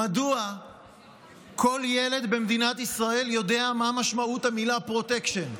מדוע כל ילד במדינת ישראל יודע מה משמעות המילה "פרוטקשן"?